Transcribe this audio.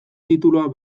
titulua